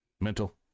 mental